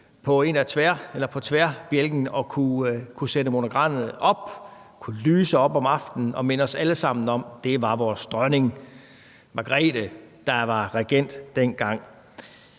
på tværbjælken at kunne sætte monogrammet op – det vil kunne lyse op om aftenen og minde os alle sammen om, at det var dronning Margrethe, der var regent dengang.